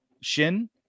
Shin